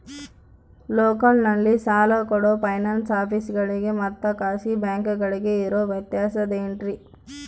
ಲೋಕಲ್ನಲ್ಲಿ ಸಾಲ ಕೊಡೋ ಫೈನಾನ್ಸ್ ಆಫೇಸುಗಳಿಗೆ ಮತ್ತಾ ಖಾಸಗಿ ಬ್ಯಾಂಕುಗಳಿಗೆ ಇರೋ ವ್ಯತ್ಯಾಸವೇನ್ರಿ?